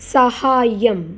सहाय्यम्